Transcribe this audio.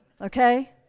Okay